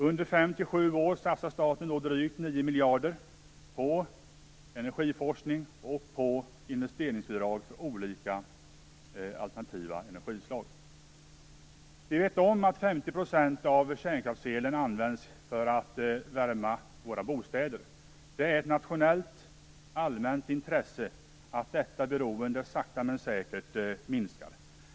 Under 5-7 år satsar staten drygt 9 miljarder på energiforskning och investeringsbidrag för olika alternativa energislag. Vi vet att 50 % av kärnkraftselen används för att värma våra bostäder. Det är ett nationellt, allmänt intresse att detta beroende sakta men säkert minskar.